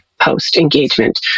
post-engagement